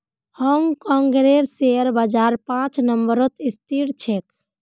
हांग कांगेर शेयर बाजार पांच नम्बरत स्थित छेक